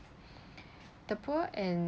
the poor and